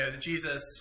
Jesus